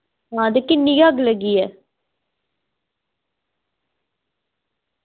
हां ते किन्नी गै अग्ग लग्गी ऐ